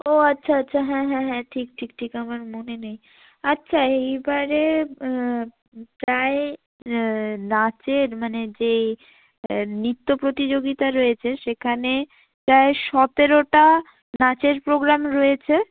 ও আচ্ছা আচ্ছা হ্যাঁ হ্যাঁ হ্যাঁ ঠিক ঠিক ঠিক আমার মনে নেই আচ্ছা এইবারে প্রায় নাচের মানে যে নৃত্য প্রতিযোগিতা রয়েছে সেখানে প্রায় সতেরোটা নাচের পোগ্রাম রয়েছে